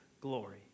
glory